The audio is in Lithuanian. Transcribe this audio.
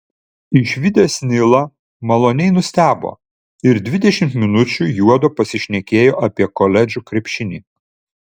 išvydęs nilą maloniai nustebo ir dvidešimt minučių juodu pasišnekėjo apie koledžų krepšinį